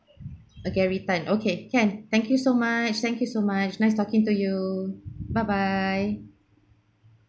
gary tan okay can thank you so much thank you so much nice talking to you bye bye